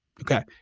Okay